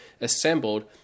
assembled